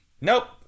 nope